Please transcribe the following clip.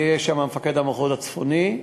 ויהיה שם מפקד המחוז הצפוני.